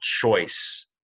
choice